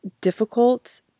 difficult